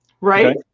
right